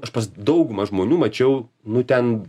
aš pas daugumą žmonių mačiau nu ten